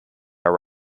are